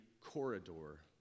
corridor